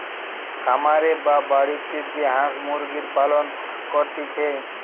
খামারে বা বাড়িতে যে হাঁস মুরগির পালন করতিছে